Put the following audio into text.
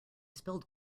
spilled